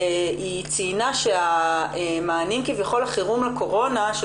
היא ציינה שהמענים כביכול לחירום בקורונה של